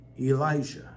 Elijah